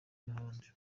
n’ahandi